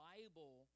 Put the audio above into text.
Bible